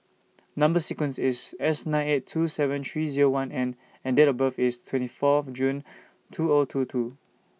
Number sequence IS S nine eight two seven three Zero one N and Date of birth IS twenty Fourth June two O two two